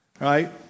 right